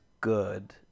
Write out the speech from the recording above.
good